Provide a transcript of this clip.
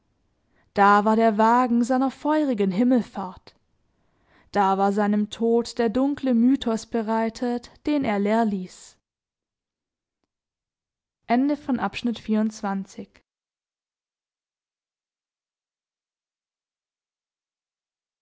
da war der wagen seiner feurigen himmelfahrt da war seinem tod der dunkle mythos bereitet den er leer ließ